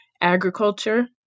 agriculture